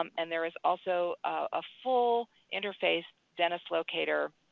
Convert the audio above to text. um and there is also a full interface dentist locator,